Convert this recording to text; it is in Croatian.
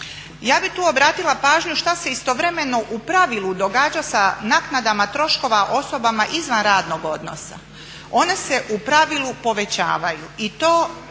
Ja bih tu obratila pažnju šta se istovremeno u pravilu događa sa naknadama troškova osobama izvan radnog odnosa. One se u pravilu povećavaju i to